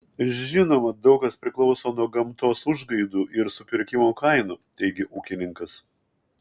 žinoma daug kas priklauso nuo gamtos užgaidų ir supirkimo kainų teigė ūkininkas